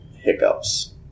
hiccups